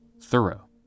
thorough